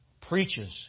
preaches